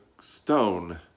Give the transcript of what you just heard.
stone